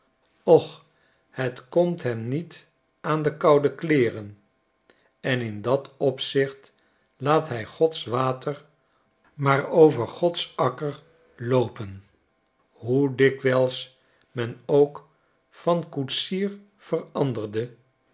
och het komt hem niet aan de koude kleeren en in dat opzicht laat hij gods water maar over gods akker loopen hoe dikwijls men ook van koetsier verandere